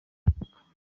amerika